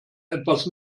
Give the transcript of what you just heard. etwas